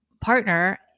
partner